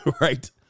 right